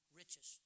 riches